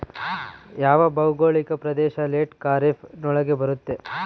ಯಾವ ಭೌಗೋಳಿಕ ಪ್ರದೇಶ ಲೇಟ್ ಖಾರೇಫ್ ನೊಳಗ ಬರುತ್ತೆ?